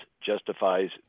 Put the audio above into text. justifies